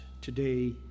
today